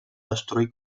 destruir